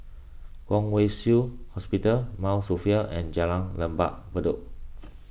Kwong Wai Shiu Hospital Mount Sophia and Jalan Lembah Bedok